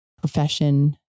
profession